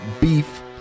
beef